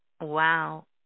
wow